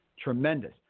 Tremendous